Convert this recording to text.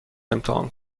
امتحان